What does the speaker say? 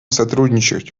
сотрудничать